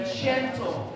gentle